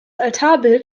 altarbild